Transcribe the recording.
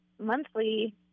monthly